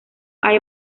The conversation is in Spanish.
hay